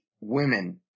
women